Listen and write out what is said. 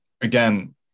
again